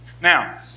Now